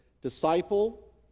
disciple